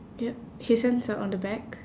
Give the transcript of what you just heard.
yup his hands are on the back